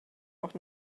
auch